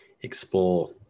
explore